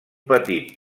petit